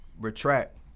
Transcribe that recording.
retract